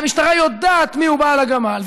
המשטרה יודעת מי הוא בעל הגמל,